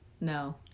No